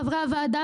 חברי הוועדה,